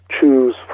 choose